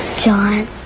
John